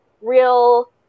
real